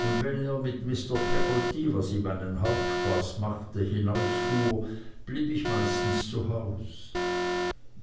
und wenn er mit mr peggotty was ihm einen hauptspaß machte hinausfuhr blieb ich meistens zu haus